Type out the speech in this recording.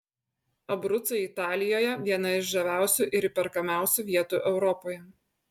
abrucai italijoje viena iš žaviausių ir įperkamiausių vietų europoje